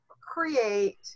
create